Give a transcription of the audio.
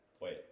Wait